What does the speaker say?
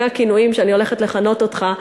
הכינויים שאני הולכת לכנות אותך בהם.